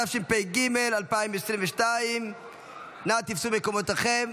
התשפ"ג 2022. נא תפסו מקומותיכם.